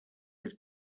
had